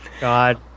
God